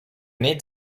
need